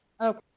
Okay